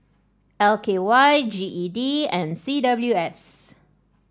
L K Y G E D and C W S